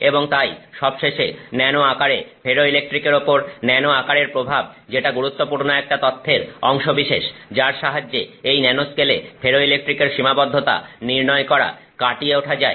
এবং তাই সবশেষে ন্যানো আকারে ফেরোইলেকট্রিকের উপর ন্যানো আকারের প্রভাব যেটা গুরুত্বপূর্ণ একটা তথ্যের অংশবিশেষ যার সাহায্যে এই ন্যানো স্কেলে ফেরোইলেকট্রিকের সীমাবদ্ধতা নির্ণয় করা কাটিয়ে ওঠা যায়